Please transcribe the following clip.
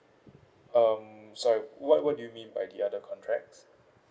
um sorry what what do you mean by the other contracts